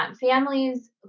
Families